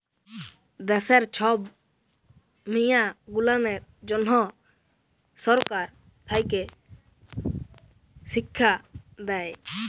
দ্যাশের ছব মিয়াঁ গুলানের জ্যনহ সরকার থ্যাকে শিখ্খা দেই